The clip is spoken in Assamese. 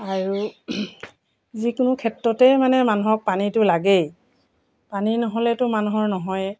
আৰু যিকোনো ক্ষেত্ৰতে মানে মানুহক পানীটো লাগেই পানী নহ'লেতো মানুহৰ নহয়